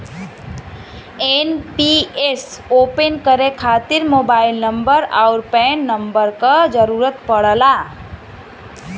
NPS open करे खातिर mobile number आउर पैन नंबर क जरुरत पड़ला